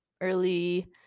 early